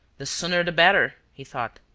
the sooner the better, he thought.